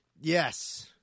Yes